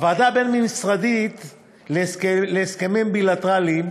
הוועדה הבין-משרדית להסכמים בילטרליים